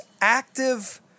active